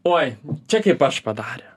oi čia kaip aš padarė